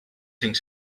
cinc